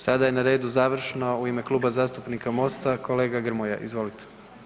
Sada je na redu završno u ime Kluba zastupnika MOST-a kolega Grmoja, izvolite.